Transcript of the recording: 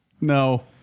No